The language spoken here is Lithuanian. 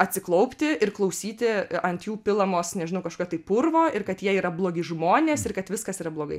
atsiklaupti ir klausyti ant jų pilamos nežinau kažkokio tai purvo ir kad jie yra blogi žmonės ir kad viskas yra blogai